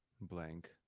blank